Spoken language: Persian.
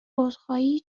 عذرخواهی